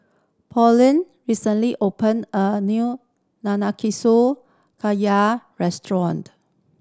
Pauline recently opened a new restaurant